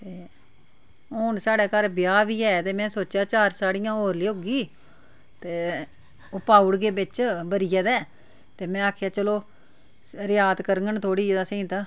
ते हून साढ़ै घर ब्याह् बी ऐ ते में सोचेआ चार साड़ियां होर लेई औगी ते ओह् पाऊ ओड़गी बिच्च बरियै दे ते में आक्खेआ चलो रियात करङन थोह्ड़ी असें तां